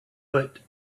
but